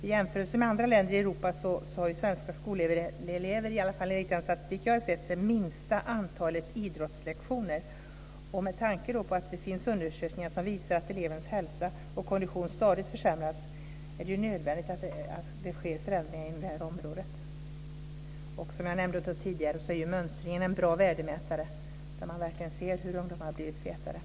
I jämförelse med andra länder i Europa så har svenska skolelever, åtminstone enligt den statistik som jag har sett, det minsta antalet idrottslektioner. Med tanke på att det finns undersökningar som visar att elevernas hälsa och kondition stadigt försämras är det nödvändigt att det sker förändringar inom detta område. Som jag nämnde tidigare så är ju mönstringen en bra värdemätare, där man verkligen ser hur ungdomar har blivit fetare.